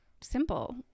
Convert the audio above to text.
simple